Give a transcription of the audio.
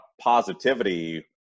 positivity